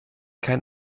kein